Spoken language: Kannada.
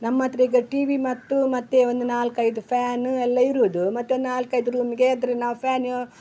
ನಮ್ಮ ಹತ್ತಿರ ಈಗ ಟಿ ವಿ ಮತ್ತು ಮತ್ತು ಒಂದು ನಾಲ್ಕೈದು ಫ್ಯಾನು ಎಲ್ಲ ಇರುವುದು ಮತ್ತು ನಾಲ್ಕೈದು ರೂಮ್ಗೆ ಆದ್ರೂ ನಾವು ಫ್ಯಾನು